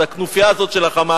זו הכנופיה הזאת של ה"חמאס",